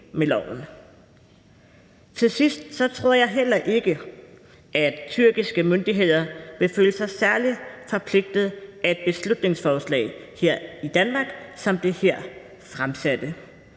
jeg sige, at jeg heller ikke tror, at tyrkiske myndigheder vil føle sig særlig forpligtede af et beslutningsforslag i Danmark som det her fremsatte.